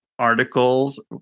articles